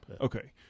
okay